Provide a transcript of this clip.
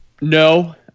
No